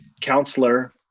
counselor